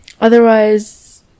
Otherwise